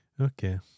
Okay